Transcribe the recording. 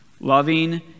Loving